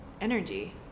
energy